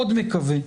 מאוד מקווה,